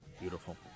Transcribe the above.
Beautiful